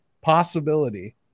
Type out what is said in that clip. possibility